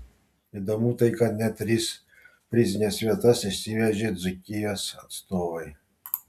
įdomu tai kad net tris prizines vietas išsivežė dzūkijos atstovai